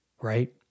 right